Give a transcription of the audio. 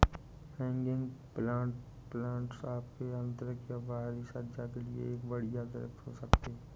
hanging planters आपके आंतरिक या बाहरी सज्जा के लिए एक बढ़िया अतिरिक्त हो सकते है